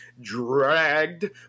dragged